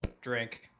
Drink